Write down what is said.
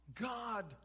God